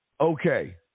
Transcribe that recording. Okay